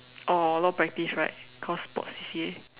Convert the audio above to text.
or a lot of practice right because sports C_C_A